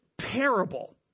parable